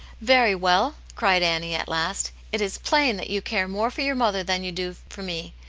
very well! cried annie, at last. it is plain that you care more for your mother than you do for me.